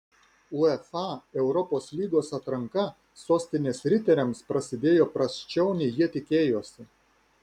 uefa europos lygos atranka sostinės riteriams prasidėjo prasčiau nei jie tikėjosi